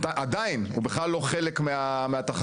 שעדיין הוא בכלל לא חלק מהתחרות.